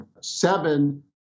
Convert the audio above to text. seven